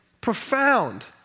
profound